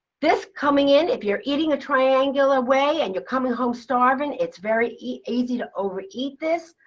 this coming in if you're eating a triangular way and you're coming home starving, it's very easy to over eat this.